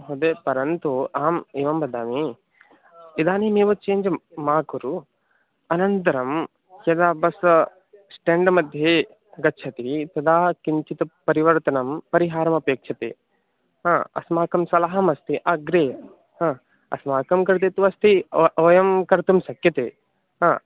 महोदय परन्तु अहम् एवं वदामि इदानीमेव चेञ्ज् मा कुरु अनन्तरं यदा बस् स्टाण्ड्मध्ये गच्छति तदा किञ्चित् परिवर्तनं परिहारमपेक्ष्यते अस्माकं सलहम् अस्ति अग्रे हा अस्माकं कृते तु अस्ति ओ वयं कर्तुं शक्यते हा